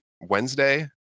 Wednesday